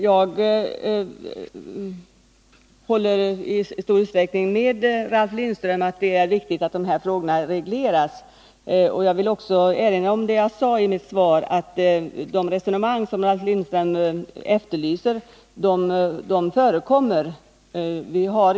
Jag håller i stor utsträckning med Ralf Lindström om att det är viktigt att dessa frågor regleras. Jag vill också erinra om det jag sade i mitt svar om att det förekommer sådana resonemang som Ralf Lindström efterlyser.